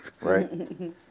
right